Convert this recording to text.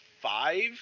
five